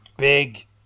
Big